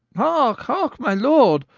hearke, hearke, my lord,